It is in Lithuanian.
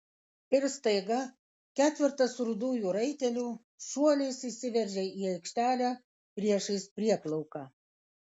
ir staiga ketvertas rudųjų raitelių šuoliais įsiveržė į aikštelę priešais prieplauką